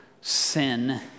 sin